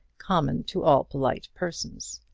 common to all polite persons.